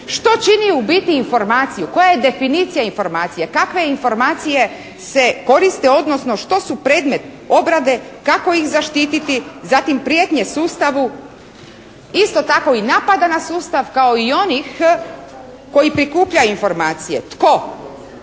što čini u biti informaciju, koja je definicija informacije, kakve informacije se koriste, odnosno što su predmet obrade, kako ih zaštititi, zatim prijetnje sustavu, isto tako i napada na sustav kao i onih koji prikupljaju informacije. Tko?